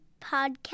Podcast